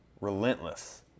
relentless